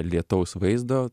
lietaus vaizdo